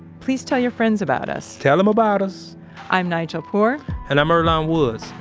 please tell your friends about us tell them about us i'm nigel poor and i'm earlonne woods.